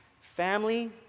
family